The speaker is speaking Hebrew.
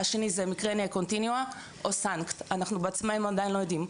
השני זה מיגרנה קונטינואה או SUNCT. אנחנו בעצמנו עדיין לא יודעים.